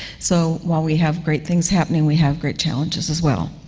so, while we have great things happening, we have great challenges, as well.